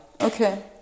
Okay